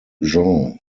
jean